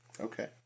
Okay